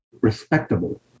respectable